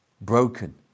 Broken